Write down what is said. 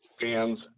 fans